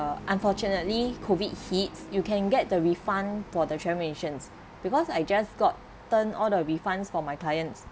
uh unfortunately COVID hits you can get the refund for the travel insurance because I just gotten all the refunds for my clients